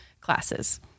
classes